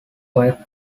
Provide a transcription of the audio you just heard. quite